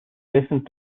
listened